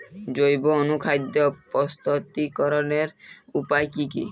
জৈব অনুখাদ্য প্রস্তুতিকরনের উপায় কী কী?